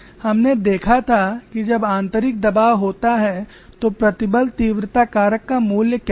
हमने देखा था कि जब आंतरिक दबाव होता है तो प्रतिबल तीव्रता कारक का मूल्य क्या होगा